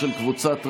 של קבוצת רע"מ.